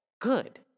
Good